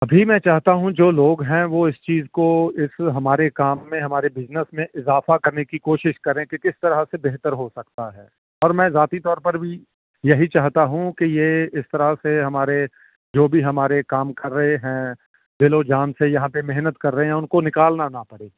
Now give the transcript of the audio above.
ابھی میں چاہتا ہوں جو لوگ ہیں وہ اس چیز کو اس ہمارے کام میں ہمارے بزنس میں اضافہ کرنے کی کوشش کریں کہ کس طرح سے بہتر ہو سکتا ہے اور میں ذاتی طور پر بھی یہی چاہتا ہوں کہ یہ اس طرح سے ہمارے جو بھی ہمارے کام کر رہے ہیں دل و جان سے یہاں پہ محنت کر رہے ہیں ان کو نکالنا نہ پڑے